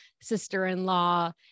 sister-in-law